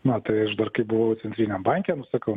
na tai aš dar kai buvau centriniam banke nu sakau